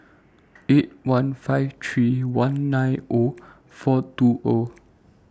eight one five three one nine O four two O